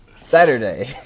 Saturday